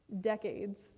decades